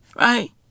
Right